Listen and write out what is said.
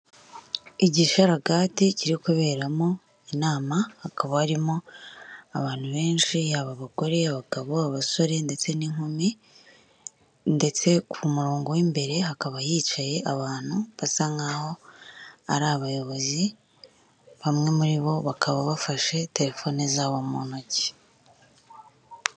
Igisharagadi kiri kuberamo inama hakaba harimo abantu benshi yaba abagore, abagabo, abasore ndetse n'inkumi ndetse ku murongo w'imbere akaba yicaye abantu basa nk'aho ari abayobozi bamwe muri bo bakaba bafashe telefoni zabo mu ntoki.